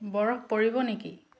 বৰফ পৰিব নেকি